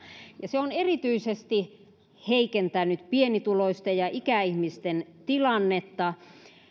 ja se on erityisesti heikentänyt pienituloisten ja ikäihmisten tilannetta